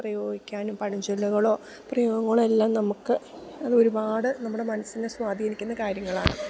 പ്രയോഗിക്കാനും പഴഞ്ചൊല്ലുകളോ പ്രയോഗങ്ങളോ എല്ലാം നമുക്ക് അത് ഒരുപാട് നമ്മുടെ മനസ്സിനെ സ്വാധീനിക്കുന്ന കാര്യങ്ങളാണ്